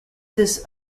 this